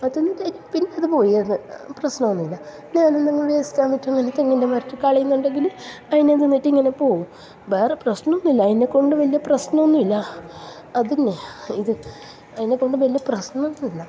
തിന്നിട്ട് കയ്യിഞ്ഞ് പിന്നെ അത് പോയത് പ്രശ്നമൊന്നുല്ല പിന്നെ എന്തെങ്കിലും വേസ്റ്റൊ മറ്റൊ തെങ്ങിന്റെ മെരട്ട് കളയുന്നുണ്ടെങ്കിൽ അതിനെ തിന്നിട്ട് ഇങ്ങനെ പോവും വേറെ പ്രശ്നമൊന്നുല്ല അതിനെക്കൊണ്ട് വലിയ പ്രശ്നമൊന്നുമില്ല അത്ന്നെ ഇത് അതിനെക്കൊണ്ട് വലിയ പ്രശ്നമൊന്നുമില്ല